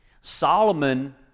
Solomon